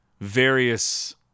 various